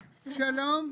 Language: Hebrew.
שלום.